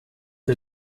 der